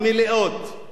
שוויון זכויות.